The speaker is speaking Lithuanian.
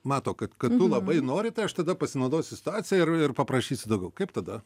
mato kad kad tu labai nori tai aš tada pasinaudosiu situacija ir ir paprašysiu daugiau kaip tada